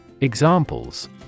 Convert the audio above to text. Examples